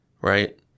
right